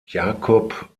jakob